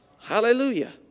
Hallelujah